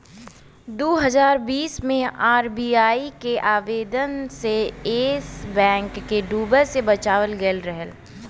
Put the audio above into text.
दू हज़ार बीस मे आर.बी.आई के आदेश से येस बैंक के डूबे से बचावल गएल रहे